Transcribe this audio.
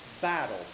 battle